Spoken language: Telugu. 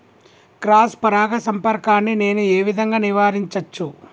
క్రాస్ పరాగ సంపర్కాన్ని నేను ఏ విధంగా నివారించచ్చు?